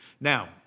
Now